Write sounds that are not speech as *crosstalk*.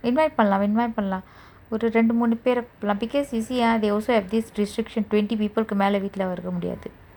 invite பன்லா:panla invite பன்லா:panla *breath* ஒரு ரெண்டு மூனு பேர:oru rendu moonu pera lah because you see ah they also have this restriction twenty people கு மேல வீட்ல இருக்க முடியாது:ku mela veetla irukka mudiyathu